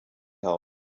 help